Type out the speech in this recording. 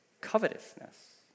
covetousness